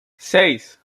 seis